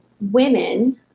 women –